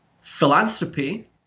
Philanthropy